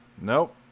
Nope